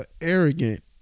arrogant